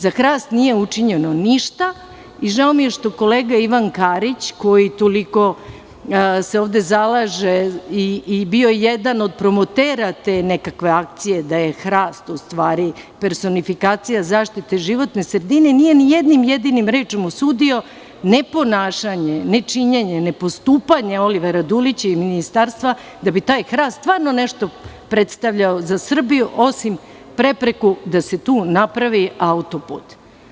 Za hrast nije učinjeno ništa i žao mi je što kolega Ivan Karić, koji se toliko ovde zalaže i bio jedan od promotera te nekakve akcije da je hrast, u stvari, personifikacija zaštite životne sredine, nije ni jednom jedinom rečju osudio neponašanje, nečinjenje, nepostupanje Olivera Dulića i Ministarstva da bi taj hrast stvarno nešto predstavljao za Srbiju, osim prepreku da se tu napravi autoput.